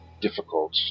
Difficult